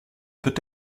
peut